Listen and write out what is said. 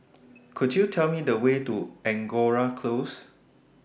Could YOU Tell Me The Way to Angora Close